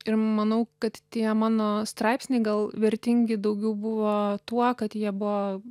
ir manau kad tie mano straipsniai gal vertingi daugiau buvo tuo kad jie buvo